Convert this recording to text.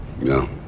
No